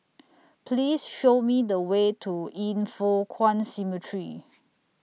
Please Show Me The Way to Yin Foh Kuan Cemetery